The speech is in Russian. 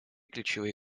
ключевые